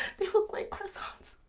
they look like croissants.